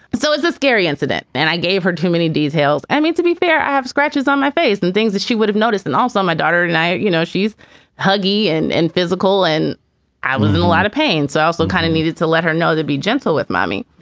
but so it's a scary incident. and i gave her too many details. i mean, to be fair, i have scratches on my face and things that she would have noticed and also my daughter and i you know, she's huggy and and physical and i was in a lot of pain. so i also kind of needed to let her know they'd be gentle with mommy.